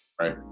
Right